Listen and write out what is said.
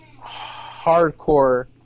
hardcore